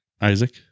Isaac